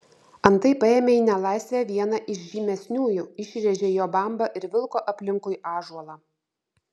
antai paėmė į nelaisvę vieną iš žymesniųjų išrėžė jo bambą ir vilko aplinkui ąžuolą